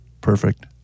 Perfect